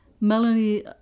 Melanie